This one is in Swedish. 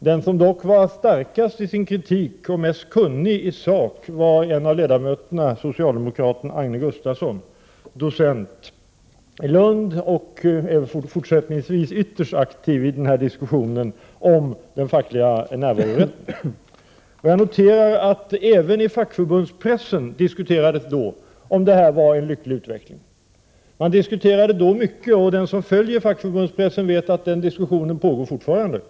Men den som var starkast i kritiken och mest kunnig i sak var socialdemokraten Agne Gustafsson, docent i Lund. Han har även fortsättningsvis varit ytterst aktiv i diskussionen om den fackliga närvarorätten. Vi har noterat att man även i fackförbundspressen då diskuterade om detta var en lycklig utveckling. Den som följer fackförbundspressen vet att den diskussionen fortfarande pågår.